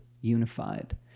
unified